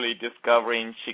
discovering